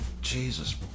Jesus